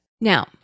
Now